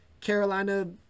Carolina